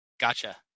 Gotcha